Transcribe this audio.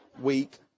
week